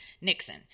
Nixon